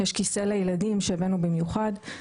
יש כיסא לילדים שהבאנו במיוחד.